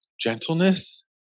Gentleness